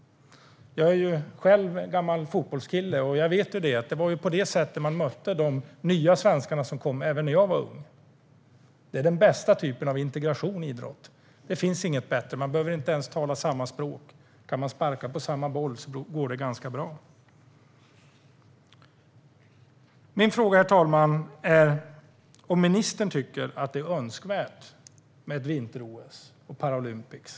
Jag är själv gammal fotbollskille, och jag vet det. Det var på det sättet man mötte de nya svenskar som kom även när jag var ung. Idrott är den bästa typen av integration. Det finns inget bättre. Man behöver inte ens tala samma språk. Kan man sparka på samma boll går det ganska bra. Min fråga, herr talman, är om ministern tycker att det är önskvärt med ett vinter-OS och Paralympics.